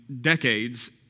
decades